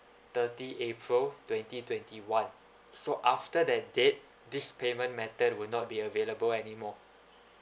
thirty april twenty twenty one so after that date this payment method will not be available anymore